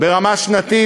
ברמה שנתית,